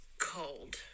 cold